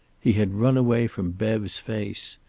he had run away from bev's face.